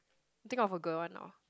think of a good one or